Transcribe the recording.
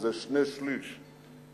וזה שני-שלישים